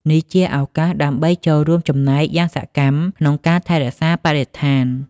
នេះជាឱកាសដើម្បីចូលរួមចំណែកយ៉ាងសកម្មក្នុងការថែរក្សាបរិស្ថាន។